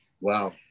Wow